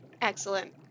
Excellent